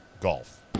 golf